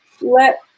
let